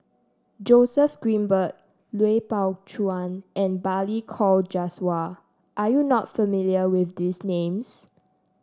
Joseph Grimberg Lui Pao Chuen and Balli Kaur Jaswal are you not familiar with these names